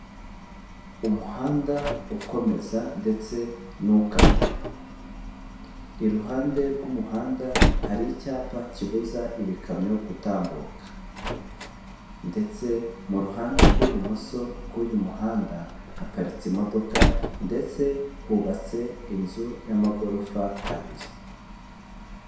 Umuhanda ukomeza ndetse n'ukata iruhande rw'umuhanda hari icyapa kibuza ibikamyo gutambuka ndetse muruhande rw'ibumoso bw'uyu muhanda haparitse imodoka ndetse hubatse inzu y'amagorofa abiri.